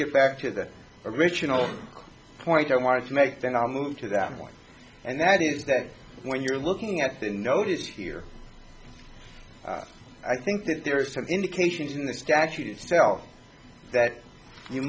get back to the original point i wanted to make then i'll move to that one and that is that when you're looking at the notice here i think that there are some indications in the statute itself that you